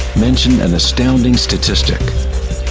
mentioned an astounding statistic.